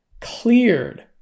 cleared